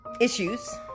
issues